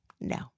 no